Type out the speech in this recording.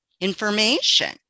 information